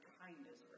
kindness